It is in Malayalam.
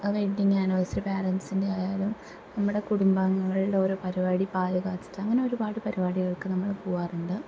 വെഡിങ്ങ് ആനിവേഴ്സറി പാരൻ്റസിൻ്റെ ആയാലും നമ്മുടെ കുടുംബാംഗങ്ങൾടെ ഓരോ പരിപാടി പാല് കാച്ചല് അങ്ങനെ ഒരുപാട് പരിപാടികൾക്ക് നമ്മള് പോവാറുണ്ട്